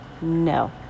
No